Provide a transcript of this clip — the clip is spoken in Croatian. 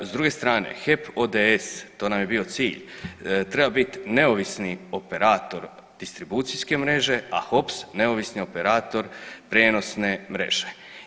S druge strane HEP ODS, to nam je bio cilj, treba bit neovisni operator distribucijske mreže, a HOPS neovisni operator prijenosne mreže.